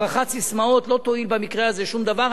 הפרחת ססמאות לא תועיל במקרה הזה שום דבר.